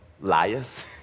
liars